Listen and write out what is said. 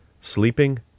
Sleeping